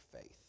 faith